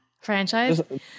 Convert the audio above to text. franchise